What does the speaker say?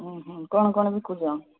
କଣ କ'ଣ ବିକୁଛ